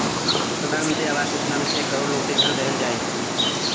प्रधान मंत्री आवास योजना से एक करोड़ लोग के घर देहल जाई